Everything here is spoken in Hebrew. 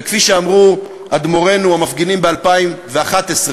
וכפי שאמרו אדמו"רינו המפגינים ב-2011,